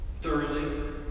Thoroughly